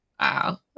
wow